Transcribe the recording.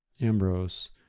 Ambrose